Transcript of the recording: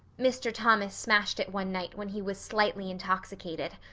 mr. thomas smashed it one night when he was slightly intoxicated.